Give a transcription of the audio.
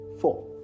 four